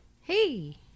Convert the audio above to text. Hey